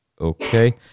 Okay